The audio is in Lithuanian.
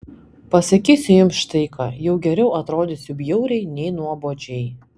pasakysiu jums štai ką jau geriau atrodysiu bjauriai nei nuobodžiai